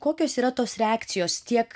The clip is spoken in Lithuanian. kokios yra tos reakcijos tiek